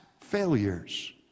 failures